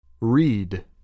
Read